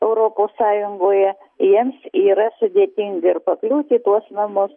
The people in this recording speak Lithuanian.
europos sąjungoje jiems yra sudėtinga ir pakliūt į tuos namus